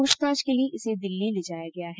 पूछताछ के लिये इसे दिल्ली ले जाया गया है